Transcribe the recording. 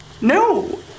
no